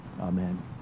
Amen